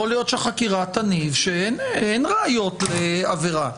יכול להיות שהחקירה תניב שאין ראיות לעבירה,